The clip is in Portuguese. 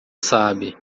sabe